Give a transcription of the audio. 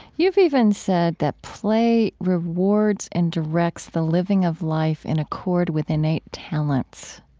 you've even said that play rewards and directs the living of life in accord with innate talents.